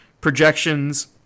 Projections